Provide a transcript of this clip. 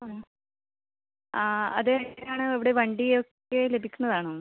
ആ അത് എങ്ങനെ ആണ് ഇവിടെ വണ്ടി ഒക്കെ ലഭിക്കുന്നതാണോ